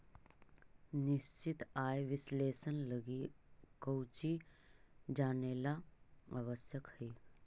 निश्चित आय विश्लेषण लगी कउची जानेला आवश्यक हइ?